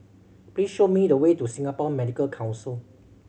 please show me the way to Singapore Medical Council